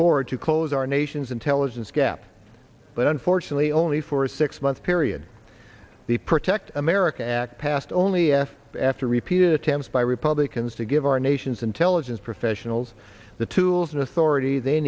forward to close our nation's intelligence gap but unfortunately only for a six month period the protect america act passed only asked after repeated attempts by republicans to give our nation's intelligence professionals the tools and authority they